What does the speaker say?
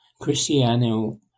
Cristiano